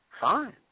fine